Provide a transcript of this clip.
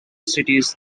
cities